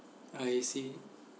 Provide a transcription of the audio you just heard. I see